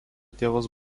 tėvas